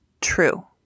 true